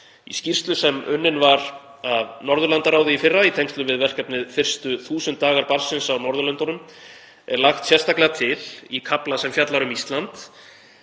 Í skýrslu sem unnin var af Norðurlandaráði í fyrra í tengslum við verkefnið Fyrstu 1.000 dagar barnsins á Norðurlöndunum er lagt sérstaklega til í kafla sem fjallar um Ísland